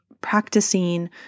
practicing